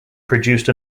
produced